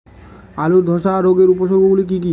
আলুর ধ্বসা রোগের উপসর্গগুলি কি কি?